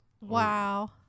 Wow